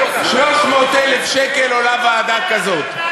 300,000 שקל עולה ועדה כזו.